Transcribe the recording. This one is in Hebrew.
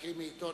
להקריא מעיתון.